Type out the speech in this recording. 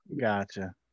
Gotcha